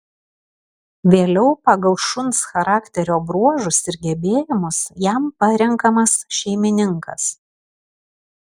vėliau pagal šuns charakterio bruožus ir gebėjimus jam parenkamas šeimininkas